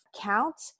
count